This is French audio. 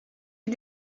est